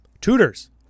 Tutors